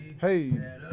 Hey